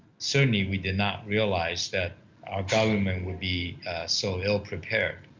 certainly, we did not realize that our government would be so ill-prepared.